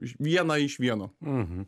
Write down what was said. vieną iš vieno